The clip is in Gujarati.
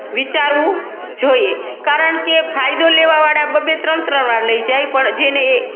વિચારવું જોઈએ કારણ કે ફાયદો લેવાવાળા બબે ત્રણ ત્રણ વાર લઈ જાય પણ જેને એ